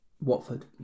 Watford